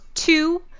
Two